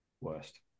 Worst